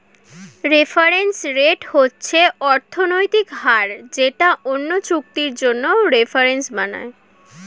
reference rate হচ্ছে অর্থনৈতিক হার যেটা অন্য চুক্তির জন্য রেফারেন্স বানায়